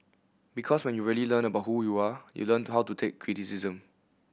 because when you really learn about who you are you learn to how to take criticism